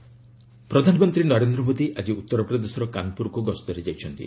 PM Kanpur ପ୍ରଧାନମନ୍ତ୍ରୀ ନରେନ୍ଦ୍ର ମୋଦୀ ଆଜି ଉତ୍ତରପ୍ରଦେଶର କାନପୁରକୁ ଗସ୍ତରେ ଯାଇଛନ୍ତି